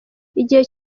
igihe